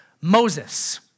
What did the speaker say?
Moses